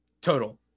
total